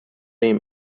ایم